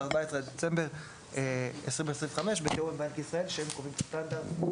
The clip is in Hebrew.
ב-1ר4 בדצמבר 2025 בתיאום עם בנק ישראל שהוא קובע את הסטנדרט.